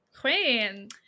Queen